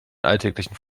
alltäglichen